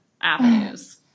avenues